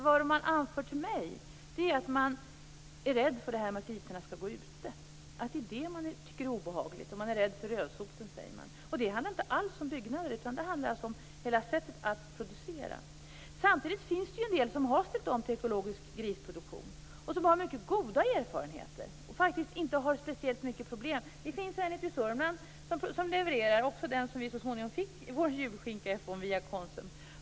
Det man har anfört till mig är att man är rädd för att grisarna skall gå ute. Det är det man tycker är obehagligt. Man är rädd för rödsoten, säger man. Det handlar inte alls om byggnader, utan det handlar om hela sättet att producera. Samtidigt finns det en del som har ställt om till ekologisk grisproduktion och som har mycket goda erfarenheter. De har faktiskt inte alls speciellt mycket problem. Det finns en person i Sörmland som levererar. Det var också därifrån som vi så småningom fick vår julskinka, via Konsum.